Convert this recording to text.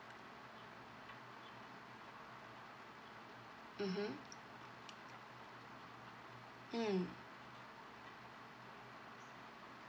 mmhmm mm